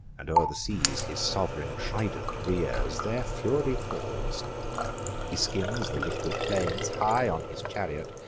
and o'er the seas his sov'reign trident rears, their fury falls he skims the liquid plains, high on his chariot,